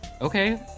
Okay